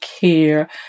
care